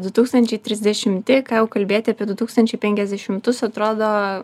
du tūkstančiai trisdešimti ką jau kalbėti apie du tūkstančiai penkiasdešimtus atrodo